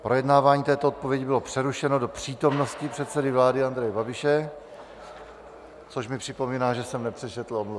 Projednávání této odpovědi bylo přerušeno do přítomnosti předsedy vlády Andreje Babiše což mi připomíná, že jsem nepřečetl omluvy.